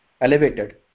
elevated